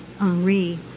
Henri